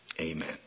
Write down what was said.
amen